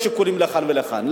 יש שיקולים לכאן ולכאן.